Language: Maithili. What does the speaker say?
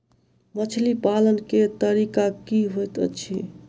मछली पालन केँ तरीका की होइत अछि?